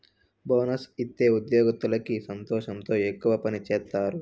bonus ఇత్తే ఉద్యోగత్తులకి సంతోషంతో ఎక్కువ పని సేత్తారు